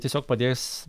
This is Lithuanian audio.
tiesiog padės